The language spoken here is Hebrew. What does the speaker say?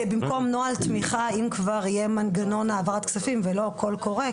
שבמקום נוהל תמיכה יהיה מנגנון העברת כספים ולא קול קורא,